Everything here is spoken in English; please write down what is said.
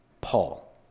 Paul